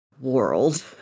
world